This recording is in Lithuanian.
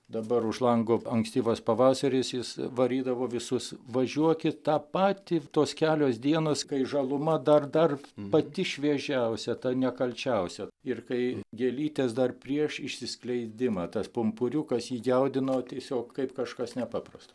dabar už lango ankstyvas pavasaris jis varydavo visus važiuokit tą patį tos kelios dienos kai žaluma dar dar pati šviežiausia ta nekalčiausia ir kai gėlytės dar prieš išsiskleidimą tas pumpuriukas jį jaudino tiesiog kaip kažkas nepaprasto